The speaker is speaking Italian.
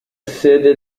sede